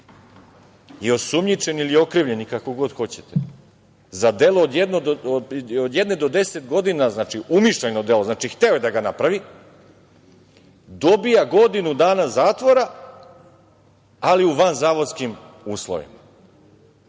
i osumnjičeni ili okrivljeni, kako god hoćete, za delo od jedne do deset godina, znači, umišljajno delo, hteo je da ga napravi, dobija godinu dana zatvora, ali u vanzavodskim uslovima.